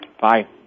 Bye